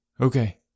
Okay